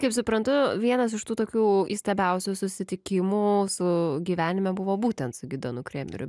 kaip suprantu vienas iš tų tokių įstabiausių susitikimų su gyvenime buvo būtent su gidonu kremeriu